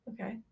Okay